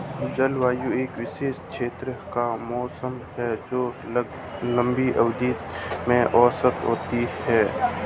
जलवायु एक विशिष्ट क्षेत्र का मौसम है जो लंबी अवधि में औसत होता है